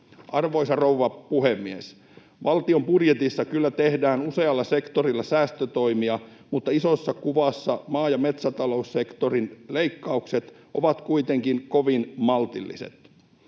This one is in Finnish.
Arvoisa rouva puhemies! Valtion budjetissa kyllä tehdään usealla sektorilla säästötoimia, mutta isossa kuvassa maa- ja metsätaloussektorin leikkaukset ovat kuitenkin kovin maltilliset.